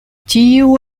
tiu